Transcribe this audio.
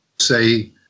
say